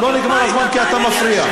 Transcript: לא נגמר הזמן כי אתה מפריע.